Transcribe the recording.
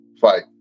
fight